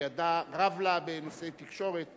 שידה רב לה בנושאי תקשורת,